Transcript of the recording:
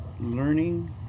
learning